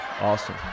Awesome